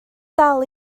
dal